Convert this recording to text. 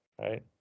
right